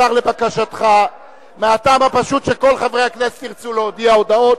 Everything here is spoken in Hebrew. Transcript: אני לא נעתר לבקשתך מהטעם הפשוט שכל חברי הכנסת ירצו להודיע הודעות.